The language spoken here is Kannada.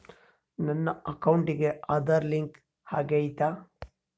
ನನ್ನ ಅಕೌಂಟಿಗೆ ಆಧಾರ್ ಲಿಂಕ್ ಆಗೈತಾ?